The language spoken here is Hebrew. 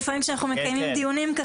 לפעמים כשאנחנו מקיימים דיונים זה